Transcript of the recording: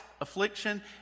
affliction